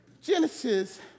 Genesis